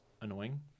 annoying